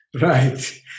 Right